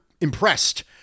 impressed